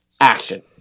action